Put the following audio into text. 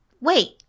wait